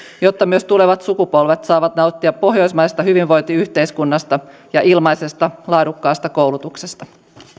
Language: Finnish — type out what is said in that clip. jotta myös tulevat sukupolvet saavat nauttia pohjoismaisesta hyvinvointiyhteiskunnasta ja ilmaisesta laadukkaasta koulutuksesta